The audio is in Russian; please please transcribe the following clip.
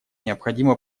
необходимо